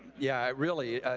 yeah, really,